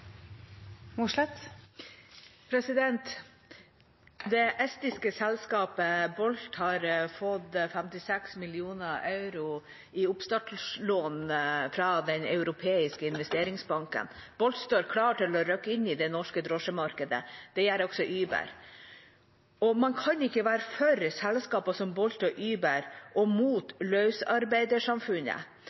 Det estiske selskapet Bolt har fått 56 mill. euro i oppstartslån fra Den europeiske investeringsbank. Bolt står klar til å rykke inn i det norske drosjemarkedet. Det gjør også Uber. Man kan ikke være for selskaper som Bolt og Uber og mot løsarbeidersamfunnet.